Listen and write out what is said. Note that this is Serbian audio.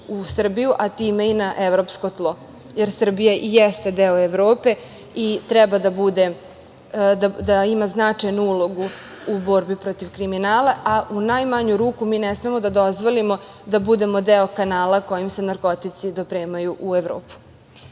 u Srbiju, a time i na Evropsko tlo, jer Srbija jeste deo Evrope i treba da ima značajnu ulogu u borbi protiv kriminala, a u najmanju ruku ne smemo da dozvolimo da budemo deo kanala kojim se narkotici dopremaju u Evropu. Kada